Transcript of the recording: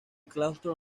claustro